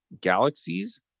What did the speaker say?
Galaxies